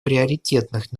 приоритетных